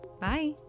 Bye